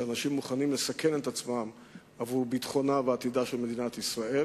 שאנשים מוכנים לסכן את עצמם עבור ביטחונה ועתידה של מדינת ישראל,